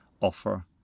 offer